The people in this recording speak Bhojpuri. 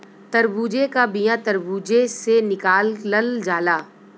तरबूजे का बिआ तर्बूजे से निकालल जाला